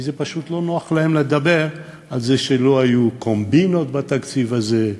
כי זה פשוט לא נוח להם לדבר על זה שלא היו קומבינות בתקציב הזה,